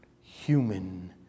human